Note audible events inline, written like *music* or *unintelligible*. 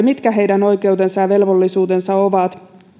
*unintelligible* mitkä heidän oikeutensa ja velvollisuutensa ovat